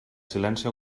silenci